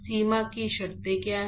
सीमा की शर्तें क्या हैं